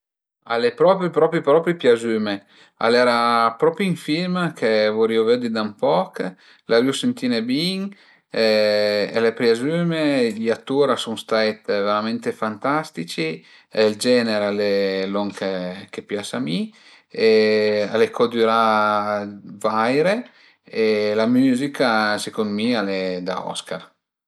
Al e propi propi propi piaziüme, al era propi ün film che vurìu vëddi da ün poch, l'avìu sentine bin e al e piazüme, i atur a sun stait veramente fantastici, ël genere al e lon che pias a mi e al e co dürà vaire e la müzica secund mi al e da Oscar